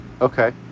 Okay